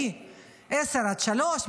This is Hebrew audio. מ-10:00 עד 15:00,